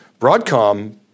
Broadcom